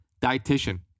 dietitian